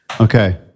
Okay